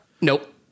Nope